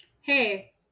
Hey